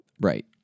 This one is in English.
Right